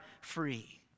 free